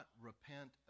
repent